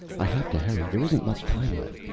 i have to hurry. there isn't much time left.